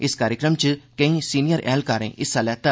इस कार्यक्रम च केईं सीनियर ऐहलकारें हिस्सा लैता